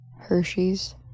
Hershey's